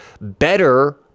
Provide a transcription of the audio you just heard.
better